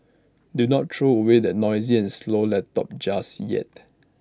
do not throw away that noisy and slow laptop just yet